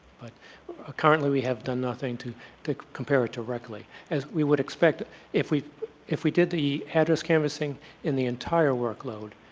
but ah currently we have done nothing to to compare it directly. as we would expect if we if we did the address canvassing in the entire workload,